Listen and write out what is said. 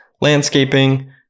landscaping